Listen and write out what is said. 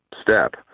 step